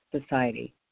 society